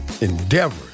endeavor